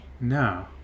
No